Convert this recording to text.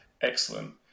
excellent